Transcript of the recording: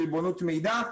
ריבונות מידע.